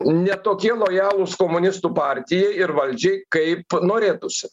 ne tokie lojalūs komunistų partijai ir valdžiai kaip norėtųsi